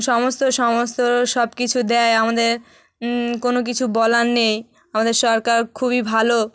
সমস্ত সমস্ত সব কিছু দেয় আমাদের কোনো কিছু বলার নেই আমাদের সরকার খুবই ভালো